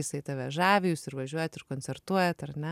jisai tave žavi jūs ir važiuojat ir koncertuojat ar ne